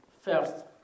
first